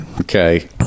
okay